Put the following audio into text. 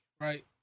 right